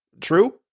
True